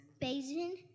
Basin